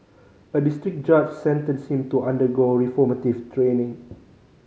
a district judge sentenced him to undergo reformative training